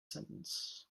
sentence